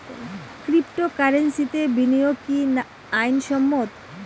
ক্রিপ্টোকারেন্সিতে বিনিয়োগ কি আইন সম্মত?